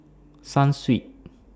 Sunsweet